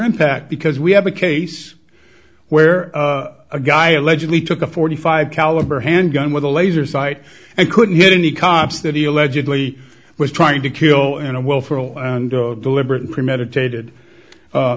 impact because we have a case where a guy allegedly took a forty five caliber handgun with a laser sight and couldn't hit any cops that he allegedly was trying to kill in a well for all and deliberate premeditated